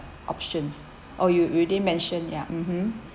options oh you you already mention ya mmhmm